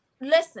Listen